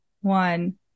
one